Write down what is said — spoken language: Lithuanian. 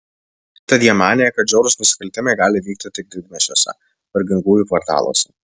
tad jie manė kad žiaurūs nusikaltimai gali vykti tik didmiesčiuose vargingųjų kvartaluose